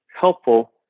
helpful